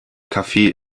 kaffee